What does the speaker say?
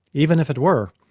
even if it were,